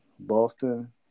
Boston